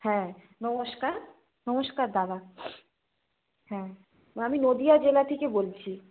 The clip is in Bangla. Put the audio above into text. হ্যাঁ নমস্কার নমস্কার দাদা হ্যাঁ আমি নদীয়া জেলা থেকে বলছি